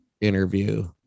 interview